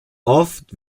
oft